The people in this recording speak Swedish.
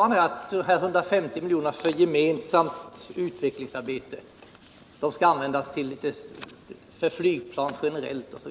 Han säger att de 150 miljonerna skall användas till gemensamt utvecklingsarbete för flygplan generellt.